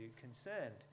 concerned